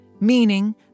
meaning